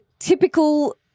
typical